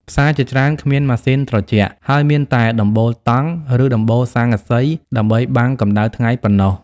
ផ្សារជាច្រើនគ្មានម៉ាស៊ីនត្រជាក់ ហើយមានតែដំបូលតង់ ឬដំបូលស័ង្កសីដើម្បីបាំងកម្ដៅថ្ងៃប៉ុណ្ណោះ។